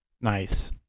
Nice